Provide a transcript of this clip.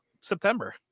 September